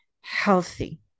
healthy